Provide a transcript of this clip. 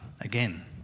again